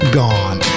gone